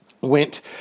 went